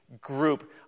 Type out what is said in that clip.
group